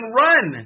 run